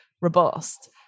robust